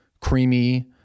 creamy